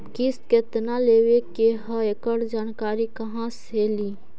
किस्त केत्ना देबे के है एकड़ जानकारी कहा से ली?